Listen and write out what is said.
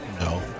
No